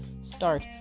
start